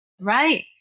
Right